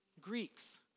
Greeks